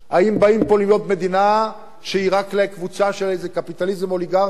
האם באים פה להיות מדינה שהיא רק לקבוצה של איזה קפיטליזם אוליגרכי,